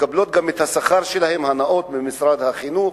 וגם מקבלות את השכר שלהן, הנאות, ממשרד החינוך.